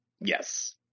Yes